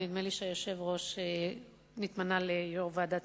ונדמה לי שהיושב-ראש נתמנה ליושב-ראש ועדת